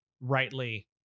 rightly